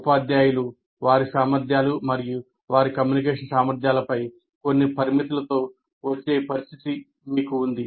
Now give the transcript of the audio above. ఉపాధ్యాయులు వారి సామర్థ్యాలు మరియు కమ్యూనికేషన్ సామర్ధ్యాలపై కొన్ని పరిమితులతో వచ్చే పరిస్థితి మీకు ఉంది